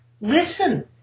listen